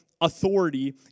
authority